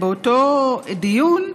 באותו דיון,